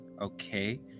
Okay